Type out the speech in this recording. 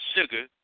sugar